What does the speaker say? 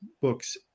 books